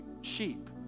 sheep